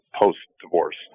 post-divorce